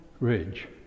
ridge